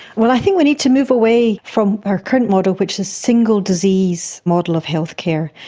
well, i think we need to move away from our current model which is single disease model of healthcare,